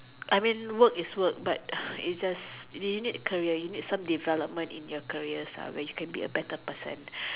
I mean work is work but is just you need career you need some development in your career where you can be a better person